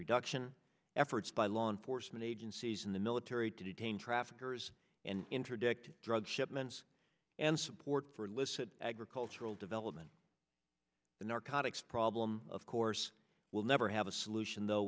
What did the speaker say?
reduction efforts by law enforcement agencies in the military to detain traffickers and interdict drug shipments and support for illicit agricultural development the narcotics problem of course will never have a solution though